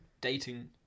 dating